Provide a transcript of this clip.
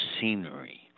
scenery